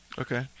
Okay